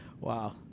Wow